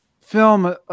film